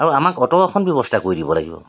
আমাক অট' এখন ব্যৱস্থা কৰি দিব লাগিব